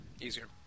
Easier